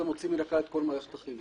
זה מוציא מהכלל את כל מערכת החינוך,